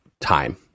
time